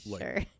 Sure